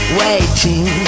waiting